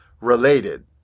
related